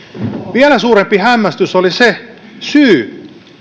vielä suurempi hämmästys oli se syy